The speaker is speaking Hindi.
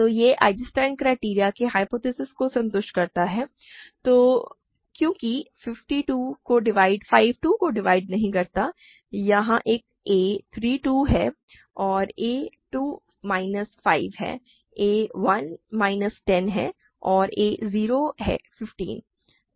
तो यह आइजेंस्टाइन क्राइटेरियन की ह्य्पोथेसिस को संतुष्ट करता है क्योंकि 5 2 को डिवाइड नहीं करता है यहाँ एक a 3 2 है a 2 माइनस 5 है a 1 माइनस 10 है और a 0 है 15